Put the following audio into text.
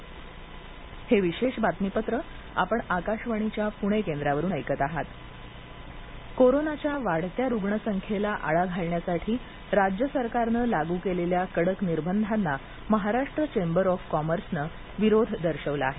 Maharashtra chamber of commerce कोरोनाच्या वाढत्या रुग्णसंख्येला आळा घालण्यासाठी राज्य सरकारने लागू केलेल्या कडक निर्बंधांना महाराष्ट्र चेंबर ऑफ कॉमर्सने विरोध दर्शवला आहे